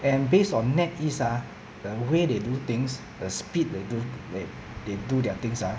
and based on netease ah the way they do things the speed they do they they do their things ah